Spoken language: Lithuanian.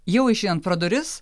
jau išeinant pro duris